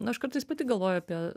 aš kartais pati galvoju apie